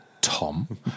Tom